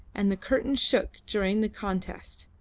and the curtain shook during the contest,